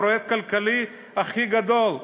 הפרויקט הכלכלי הכי גדול,